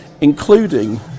including